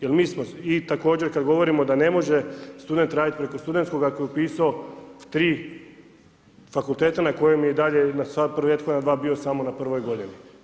Jer mi smo i također kada govorimo da ne može student raditi preko studentskoga, ako je upisao 3 fakulteta na kojem je i dalje, … bio samo na prvoj godini.